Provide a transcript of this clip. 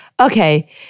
okay